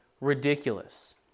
ridiculous